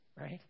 right